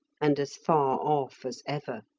and as far off as ever.